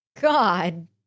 God